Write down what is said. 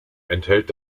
enthält